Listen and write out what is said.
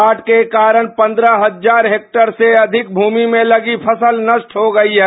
बाढ़ के कारण पन्द्रह हजार हेक्टेयर से अधिक भूमि में लगी फसल नष्ट हो गयी है